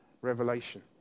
revelation